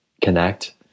connect